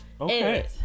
Okay